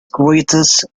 greatest